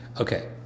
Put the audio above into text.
okay